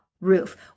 roof